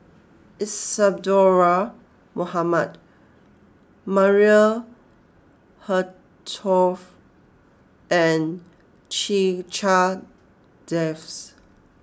Isadhora Mohamed Maria Hertogh and Checha Davies